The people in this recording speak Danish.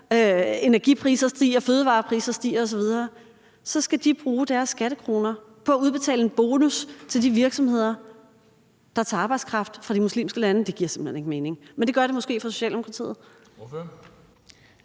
energipriser stiger, fødevarepriser stiger osv. – bruge deres skattekroner på at udbetale en bonus til de virksomheder, der tager arbejdskraft fra de muslimske lande. Det giver simpelt hen ikke mening. Men det gør det måske for Socialdemokratiet.